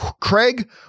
Craig